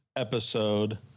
episode